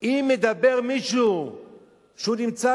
אם מדבר מישהו שנמצא